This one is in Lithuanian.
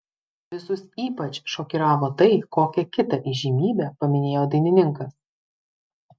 visus ypač šokiravo tai kokią kitą įžymybę paminėjo dainininkas